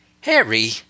Harry